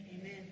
Amen